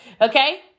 Okay